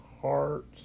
heart